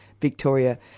Victoria